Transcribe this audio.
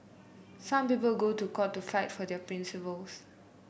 some people go to court to fight for their principles